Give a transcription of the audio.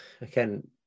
again